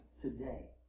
today